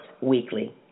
weekly